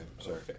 sorry